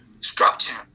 structure